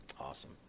Awesome